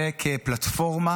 וכפלטפורמה